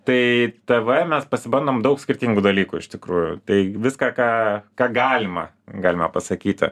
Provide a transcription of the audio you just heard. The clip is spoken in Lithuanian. tai tv mes pasibandom daug skirtingų dalykų iš tikrųjų tai viską ką ką galima galime pasakyti